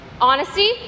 Honesty